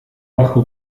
bajo